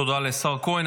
תודה לשר כהן.